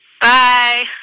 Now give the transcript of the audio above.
bye